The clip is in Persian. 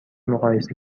مقایسه